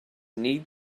need